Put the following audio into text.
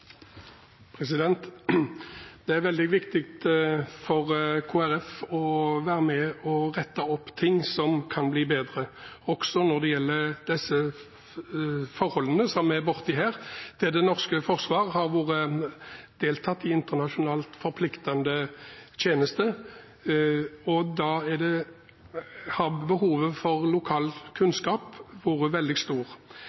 nasjonene. Det er veldig viktig for Kristelig Folkeparti å være med på å rette opp i ting som kan bli bedre – også når det gjelder disse forholdene som vi er borti her, der det norske forsvar har deltatt i internasjonalt forpliktende tjeneste. Da har behovet for lokal kunnskap vært veldig